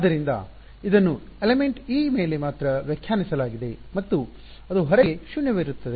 ಆದ್ದರಿಂದ ಇದನ್ನು ಅಂಶಎಲಿಮೆಂಟ್ e ಮೇಲೆ ಮಾತ್ರ ವ್ಯಾಖ್ಯಾನಿಸಲಾಗಿದೆ ಮತ್ತು ಅದು ಹೊರಗೆ ಶೂನ್ಯವಾಗಿರುತ್ತದೆ